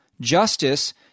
Justice